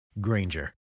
Granger